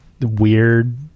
Weird